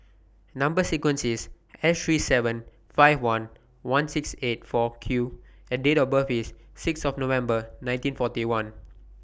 Number sequence IS S three seven five one one six eight four Q and Date of birth IS six of November nineteen forty one